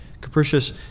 capricious